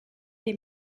est